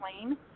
plane